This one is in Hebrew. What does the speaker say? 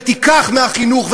ותיקח מהחינוך,